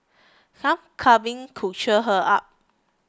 some cuddling could cheer her up